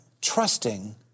trusting